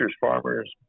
farmers